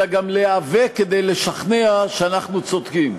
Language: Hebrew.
אלא גם להיאבק כדי לשכנע שאנחנו צודקים.